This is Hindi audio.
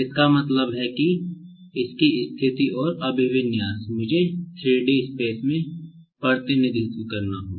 इसका मतलब है इसकी स्थिति और अभिविन्यास मुझे 3 D स्पेस में प्रतिनिधित्व करना होगा